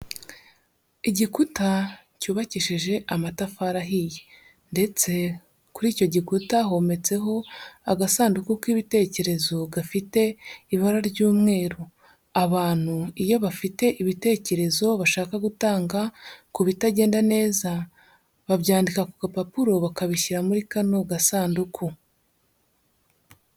Igikuta cyubakishije amatafari ahiye ndetse kuri icyo gikuta hometseho agasanduku k'ibitekerezo gafite ibara ry'umweru, abantu iyo bafite ibitekerezo bashaka gutanga ku bitagenda neza, babyandika ku gapapuro bakabishyira muri kano gasanduku.